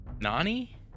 Nani